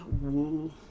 Woo